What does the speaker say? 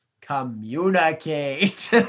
communicate